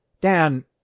Dan